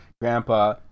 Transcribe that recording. grandpa